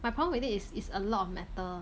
my problem with it is a lot of metal